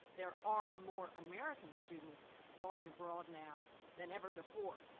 there are more american students going abroad now than ever before.